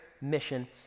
mission